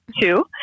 two